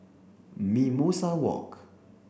Mimosa Walk